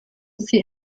sie